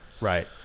right